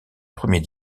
premier